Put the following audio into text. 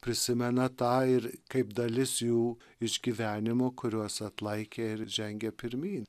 prisimena tą ir kaip dalis jų išgyvenimų kuriuos atlaikė ir žengė pirmyn